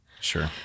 Sure